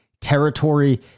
territory